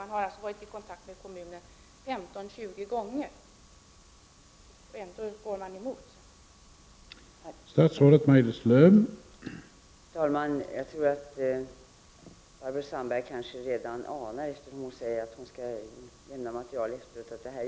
Man har varit i kontakt med kommunen 15-20 gånger och ändå går man emot kommunens förslag.